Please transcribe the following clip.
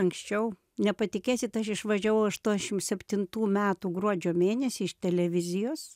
anksčiau nepatikėsit aš išvažiavau aštuoniašim septintų metų gruodžio mėnesį iš televizijos